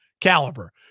caliber